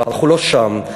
אבל אנחנו לא שם.